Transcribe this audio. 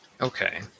Okay